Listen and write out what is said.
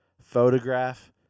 Photograph